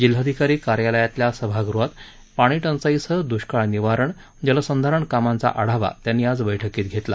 जिल्हाधिकारी कार्यालयातल्या सभागृहात पाणीटंचाईसह द्रष्काळ निवारण जलसंधारण कामांचा आढावा त्यांनी आज बैठकीत घेतला